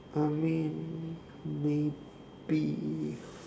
I mean maybe